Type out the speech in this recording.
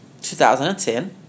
2010